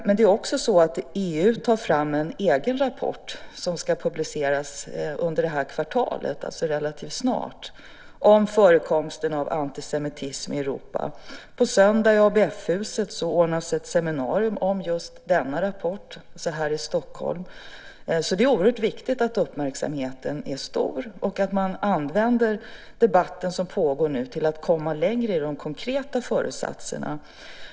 Men EU tar också fram en egen rapport som ska publiceras under det här kvartalet, alltså relativt snart, om förekomsten av antisemitism i Europa. På söndag anordnas i ABF-huset här i Stockholm ett seminarium om just denna rapport. Det är oerhört viktigt att uppmärksamheten är stor och att man använder den debatt som nu pågår till att komma längre i de konkreta föresatserna.